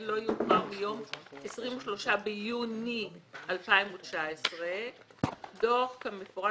לא יאוחר מיום 23 ביוני 2019 דוח כמפורט